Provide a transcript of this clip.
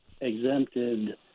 exempted